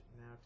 now